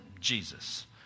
Jesus